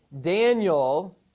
Daniel